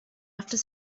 after